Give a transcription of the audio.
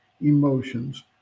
emotions